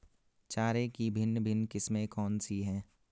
चारे की भिन्न भिन्न किस्में कौन सी हैं?